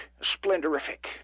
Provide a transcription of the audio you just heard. splendorific